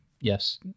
yes